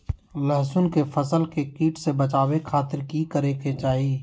लहसुन के फसल के कीट से बचावे खातिर की करे के चाही?